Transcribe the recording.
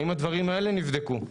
האם הדברים האלה נבדקו?